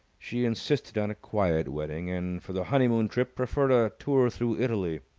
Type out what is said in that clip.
she insisted on a quiet wedding, and for the honeymoon trip preferred a tour through italy.